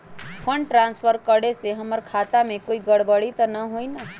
Fund transfer करे से हमर खाता में कोई गड़बड़ी त न होई न?